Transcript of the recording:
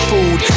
Food